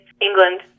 England